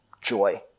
joy